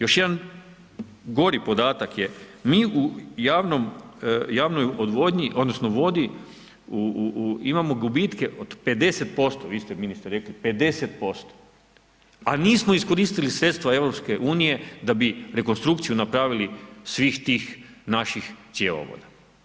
Još jedan gori podatak je, mi u javnom, javnoj odvodnji odnosno vodi imamo gubitke od 50%, vi ste ministre rekli 50%, a nismo iskoristili sredstava EU da bi rekonstrukciju napravili svih tih naših cjevovoda.